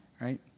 right